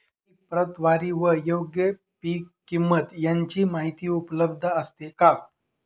पीक प्रतवारी व योग्य पीक किंमत यांची माहिती उपलब्ध असते का?